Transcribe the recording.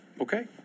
Okay